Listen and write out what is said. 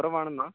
കുറവാണെന്നാണോ